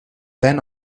then